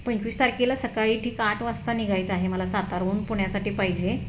पंचवीस तारखेला सकाळी ठीक आठ वाजता निघायचं आहे मला सातारहून पुण्यासाठी पाहिजे